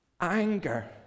anger